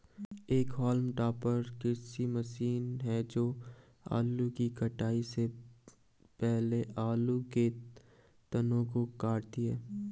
एक haulm topper कृषि मशीन है जो आलू की कटाई से पहले आलू के तनों को काटती है